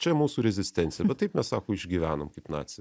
čia mūsų rezistencija bet taip mes sako išgyvenom kaip nacija